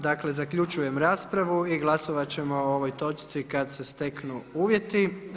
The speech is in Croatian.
Dakle zaključujem raspravu i glasovati ćemo o ovoj točci kada se steknu uvjeti.